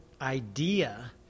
idea